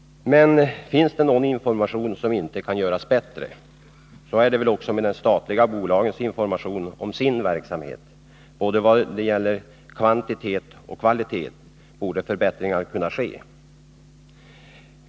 Men finns det någon information som inte kan göras bättre? Den frågan kan säkert ställas också beträffande de statliga bolagens information om sin verksamhet. Både vad gäller kvantitet och vad gäller kvalitet torde förbättringar kunna ske.